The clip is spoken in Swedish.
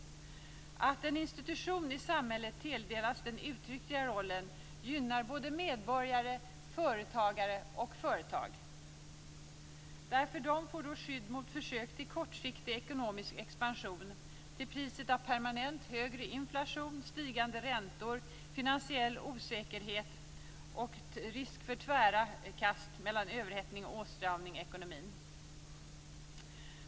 Att en institution i samhället tilldelas den uttryckliga rollen gynnar medborgare, företagare och företag. De får då skydd mot försök till kortsiktig ekonomisk expansion till priset av permanent högre inflation, stigande räntor, finansiell osäkerhet och risk för tvära kast mellan överhettning och åtstramning i ekonomin.